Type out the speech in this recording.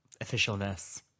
officialness